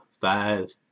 five